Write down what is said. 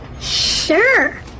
Sure